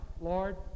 Lord